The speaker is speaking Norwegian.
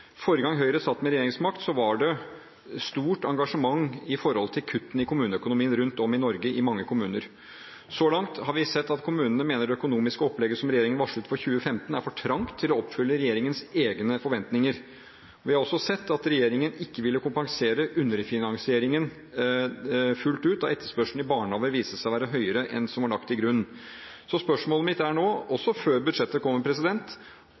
Forrige gang Høyre satt med regjeringsmakt, var det stort engasjement i forhold til kuttene i kommuneøkonomien rundt om i Norge i mange kommuner. Så langt har vi sett at kommunene mener det økonomiske opplegget som regjeringen varslet for 2015, er for trangt til å oppfylle regjeringens egne forventninger. Vi har også sett at regjeringen ikke ville kompensere underfinansieringen fullt ut da etterspørselen etter barnehager viste seg å være høyere enn det som var lagt til grunn. Så spørsmålet mitt er nå – også før budsjettet kommer: